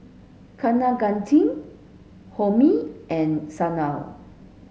Kaneganti Homi and Sanal